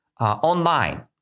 online